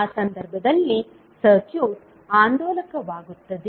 ಆ ಸಂದರ್ಭದಲ್ಲಿ ಸರ್ಕ್ಯೂಟ್ ಆಂದೋಲಕವಾಗುತ್ತದೆ